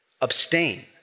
abstain